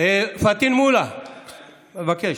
היא מבישה,